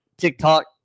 TikTok